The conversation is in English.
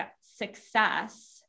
success